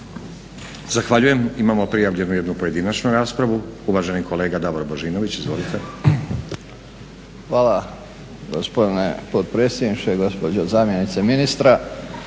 Zahvaljujem. Imamo prijavljenu jednu pojedinačnu raspravu. Uvaženi kolega Davor Božinović. Izvolite. **Božinović, Davor (HDZ)** Hvala gospodine potpredsjedniče, gospođo zamjenice ministra.